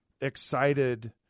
excited